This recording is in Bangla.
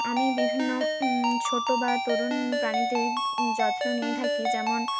আমি বিভিন্ন ছোট বা তরুণ প্রাণীদের যত্ন নিয়ে থাকি যেমন